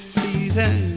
season